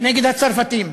נגד הצרפתים,